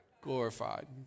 Glorified